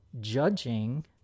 judging